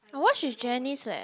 I watch with Janice leh